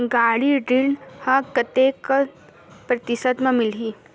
गाड़ी ऋण ह कतेक प्रतिशत म मिलही?